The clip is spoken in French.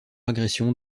agression